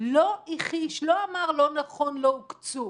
לא הכחיש, לא אמר לא נכון, לא הוקצו.